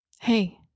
Hey